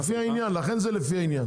לכן זה לפי העניין.